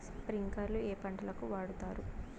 స్ప్రింక్లర్లు ఏ పంటలకు వాడుతారు?